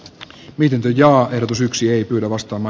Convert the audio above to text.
miten te jo alkusyksyn ostama